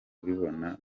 kubibona